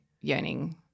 yearning